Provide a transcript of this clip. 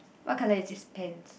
what color is his pants